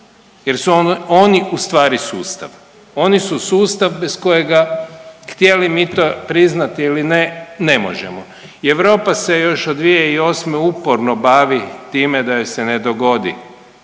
jer su oni ustvari sustav. Oni su sustav bez kojega htjeli mi to priznati ili ne, ne možemo. I Europa se još od 2008. uporno bavi time da joj se ne dogodi